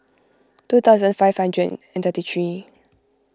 two thousand five hundred and thirty three